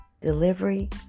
delivery